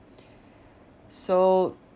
so